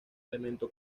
elemento